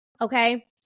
Okay